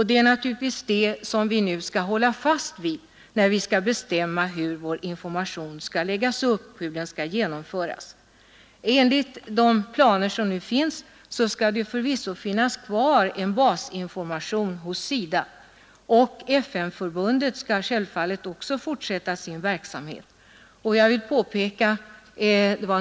Det är naturligtvis det vi skall hålla fast vid när vi nu skall bestämma hur vår information skall läggas upp och föras ut. Enligt de planer som finns skall förvisso finnas kvar en basinformation hos SIDA, och FN-förbundet skall självfallet också fortsätta sin verksamhet.